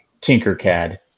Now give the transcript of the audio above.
Tinkercad